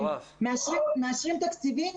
מאשרים תקציבים.